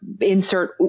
insert